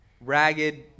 ragged